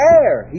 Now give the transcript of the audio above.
air